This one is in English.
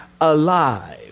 alive